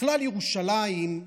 בכלל, ירושלים,